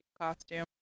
costume